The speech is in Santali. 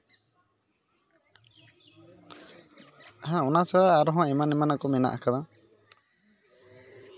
ᱦᱮᱸ ᱚᱱᱟ ᱪᱷᱟᱲᱟ ᱟᱨᱦᱚᱸ ᱮᱢᱟᱱ ᱮᱢᱟᱱᱟᱜ ᱠᱚ ᱢᱮᱱᱟᱜ ᱟᱠᱟᱫᱟ